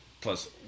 plus